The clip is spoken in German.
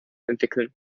entwickeln